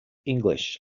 english